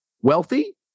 wealthy